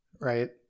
right